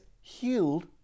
healed